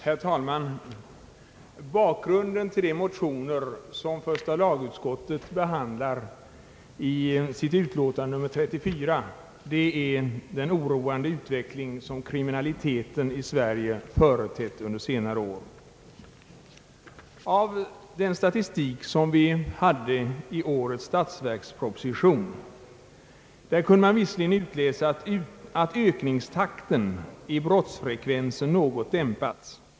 Herr talman! Bakgrunden till de mo lar i sitt utlåtande nr 34, är den oroande utveckling, som kriminaliteten i Sverige företett under senare år. Av den statistik, som redovisades i årets statsverksproposition, kunde man visserligen utläsa att ökningstakten i brottsfrekvensen något dämpats.